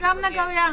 בסעיף הרלוונטי,